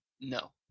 No